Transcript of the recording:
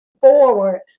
forward